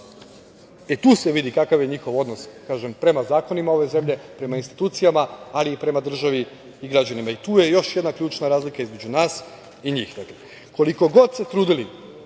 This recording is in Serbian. tu se vidi kakav je njihov odnos prema zakonima ove zemlje, prema institucijama, ali i prema državi i građanima. Tu je još jedna ključna razlika između nas i njih. Koliko god se trudili,